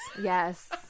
Yes